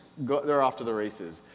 they're off to the races.